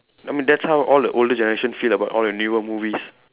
I mean that's how all the older generation feel about all the newer movies